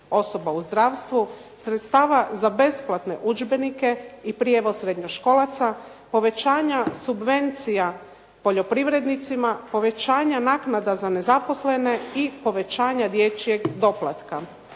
osoba u zdravstvu, sredstava za besplatne udžbenike i prijevoz srednjoškolaca, povećanja subvencija poljoprivrednicima, povećanja naknada za nezaposlene i povećanja dječjeg doplatka.